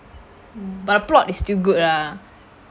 mm but the plot is still good ah